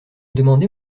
demandez